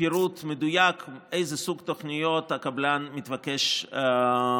פירוט מדויק איזה סוג תוכניות הקבלן מתבקש למסור.